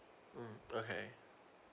mm okay